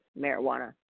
marijuana